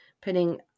putting